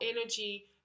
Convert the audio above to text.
energy